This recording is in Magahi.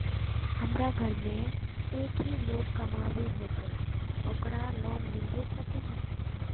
हमरा घर में एक ही लोग कमाबै है ते ओकरा लोन मिलबे सके है?